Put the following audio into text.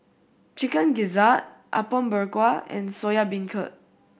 Chicken Gizzard Apom Berkuah and Soya Beancurd